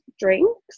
drinks